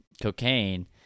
cocaine